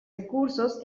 recursos